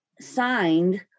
signed